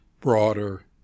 broader